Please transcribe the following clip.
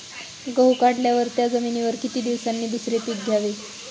गहू काढल्यावर त्या जमिनीवर किती दिवसांनी दुसरे पीक घ्यावे?